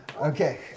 Okay